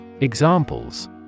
Examples